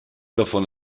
davon